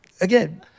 again